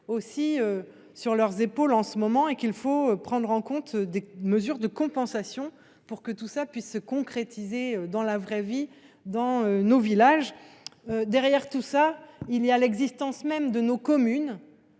aussi sur leurs épaules en ce moment et qu'il faut prendre en compte des mesures de compensation pour que tout ça puisse se concrétiser dans la vraie vie dans nos villages. Derrière tout ça il y a l'existence même de nos communes.